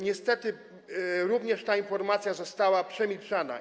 Niestety również ta informacja została przemilczana.